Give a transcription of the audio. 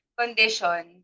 condition